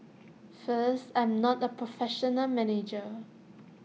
first I'm not A professional manager